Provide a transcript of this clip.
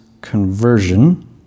conversion